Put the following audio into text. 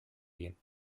gehen